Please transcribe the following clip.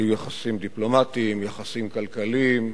היו יחסים דיפלומטיים, יחסים כלכליים,